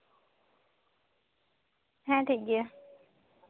ᱦᱮᱸ ᱴᱷᱤᱠᱜᱮᱭᱟ